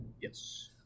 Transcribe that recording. Yes